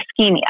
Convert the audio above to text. Ischemia